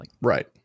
Right